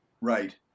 Right